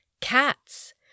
cats